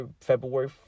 February